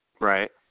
Right